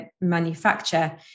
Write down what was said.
manufacture